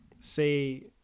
say